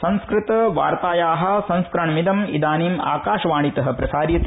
संस्कृतवार्ताया संस्करणमिदम् इदानीम् आकाशवाणीत प्रसार्यते